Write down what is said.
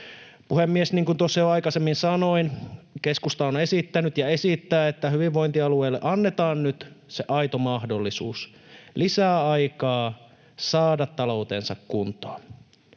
Puhemies! Niin kuin tuossa jo aikaisemmin sanoin, keskusta on esittänyt ja esittää, että hyvinvointialueille annetaan nyt se aito mahdollisuus, lisää aikaa saada taloutensa kuntoon.